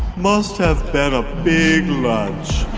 must have been a big lunch.